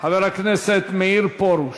חבר הכנסת מאיר פרוש.